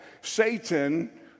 Satan